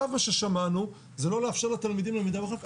מה ששמענו עכשיו זה לא לאפשר לתלמידים למידה מרחוק.